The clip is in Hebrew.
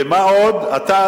ומה עוד שאתה,